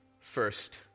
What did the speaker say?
first